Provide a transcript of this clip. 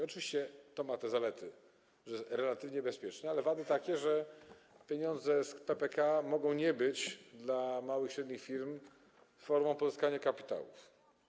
Oczywiście to ma te zalety, że jest ona relatywnie bezpieczna, ale wady takie, że pieniądze z PPK mogą nie być dla małych i średnich firm formą pozyskania kapitałów.